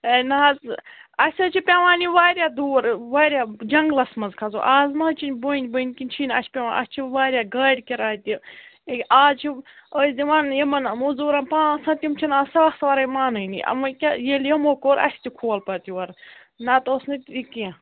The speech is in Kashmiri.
ہے نہَ حظ اَسہِ حظ چھِ پٮ۪وان یہِ واریاہ دوٗر واریاہ جنٛگلَس منٛز کھَسُن اَز ما چھِنہٕ بۅنۍ بۅنۍ کِنۍ چھِی اَسہِ چھِ پٮ۪وان اَسہِ چھِ واریاہ گاڑِ کِراے تہِ اَز چھِ أسۍ دِوان یِمَن موزوٗرَن پانٛژ ہَتھ تِم چھِنہٕ اَز ساسہٕ وَرٲے مانانٕے وۄنۍ کیٛاہ ییٚلہِ یِمو کوٚر اَسہِ تہِ کھول پَتہٕ یورٕ نَتہٕ اوس نہٕ یہِ کیٚنٛہہ